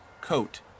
coat